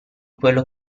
quello